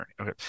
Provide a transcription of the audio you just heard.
Okay